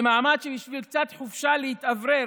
זה מעמד שבשביל קצת חופשה להתאוורר,